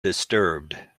disturbed